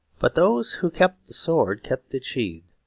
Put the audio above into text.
but those who kept the sword kept it sheathed.